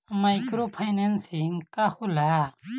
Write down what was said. Micro financing का होला?